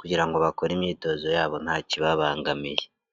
kugira ngo bakore imyitozo yabo nta kibabangamiye.